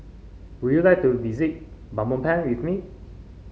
would you like to visit Belmopan with me